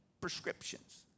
prescriptions